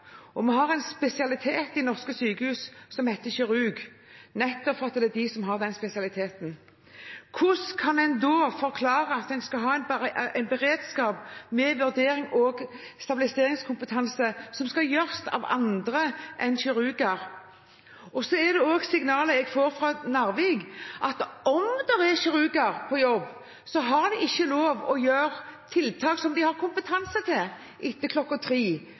og vi har spesialister i norske sykehus som kalles kirurger, nettopp fordi det er deres spesialitet. Hvordan kan en da forklare at en skal ha beredskap med vurderings- og stabiliseringskompetanse som skal gjøres av andre enn kirurger? Jeg har også fått signaler fra Narvik om at selv om det er kirurger på jobb, har de ikke lov til å gjøre tiltak som de har kompetanse til, etter